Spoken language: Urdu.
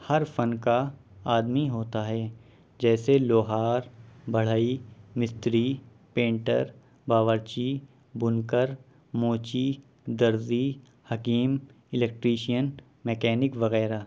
ہر فن کا آدمی ہوتا ہے جیسے لوہار بڑھئی مستری پینٹر باورچی بنکر موچی درزی حکیم الیکٹریشین میکینک وغیرہ